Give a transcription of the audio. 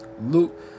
Luke